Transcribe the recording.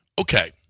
Okay